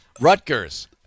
Rutgers